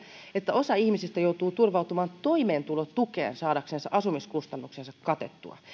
että osa ihmisistä joutuu turvautumaan toimeentulotukeen saadaksensa asumiskustannuksensa katettua